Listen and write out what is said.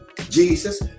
Jesus